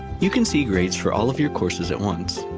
you can see grades for all of your courses at once,